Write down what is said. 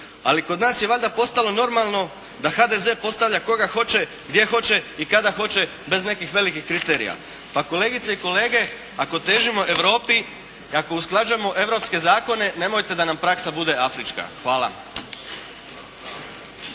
Ali kod nas je valjda postalo normalno da HDZ postavlja koga hoće, gdje hoće i kada hoće bez nekih velikih kriterija. Pa kolegice i kolege, ako težimo Europi, ako usklađujemo europske zakone nemojte da nam praksa bude afrička. Hvala.